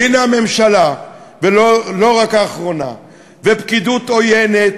והנה הממשלה, ולא רק האחרונה, ופקידות עוינת,